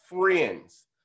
friends